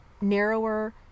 narrower